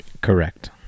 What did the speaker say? correct